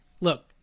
look